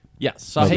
Yes